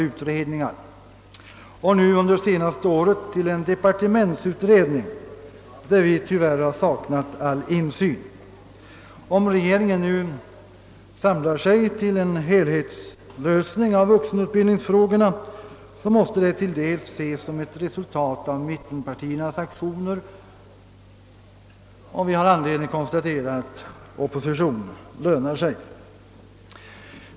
Under det senaste året har det också hänvisats till en departementsutredning, där vi tyvärr har saknat all insyn. Om regeringen nu äntligen samlar sig till en helhetslösning av vuxenutbildningsfrågorna, måste det delvis ses som ett resultat av mittenpartiernas aktioner, och vi har alltså anledning konstatera att opposition lönar sig.